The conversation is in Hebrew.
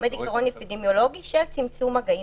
עומד עיקרון אפידמיולוגי של צמצום מגעים.